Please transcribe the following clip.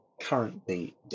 Currently